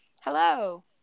hello